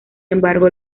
embargo